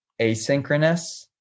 asynchronous